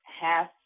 half